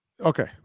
Okay